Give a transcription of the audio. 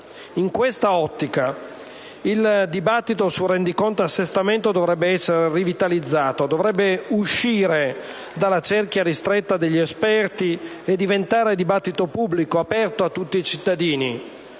In questa ottica, il dibattito su rendiconto e assestamento dovrebbe essere rivitalizzato, dovrebbe uscire dalla cerchia ristretta degli esperti e diventare dibattito pubblico, aperto a tutti i cittadini.